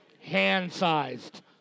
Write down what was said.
hand-sized